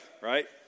right